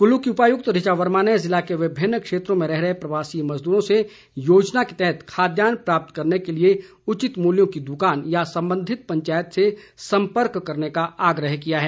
कुल्लू की उपायुक्त ऋचा वर्मा ने जिले के विभिन्न क्षेत्रों में रह रहे प्रवासी मजदूरों से योजना के तहत खाद्यान्न प्राप्त करने के लिए उचित मूल्यों की दुकान या संबंधित पंचायत से संपर्क करने का आग्रह किया है